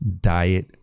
diet